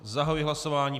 Zahajuji hlasování.